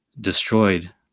destroyed